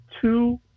two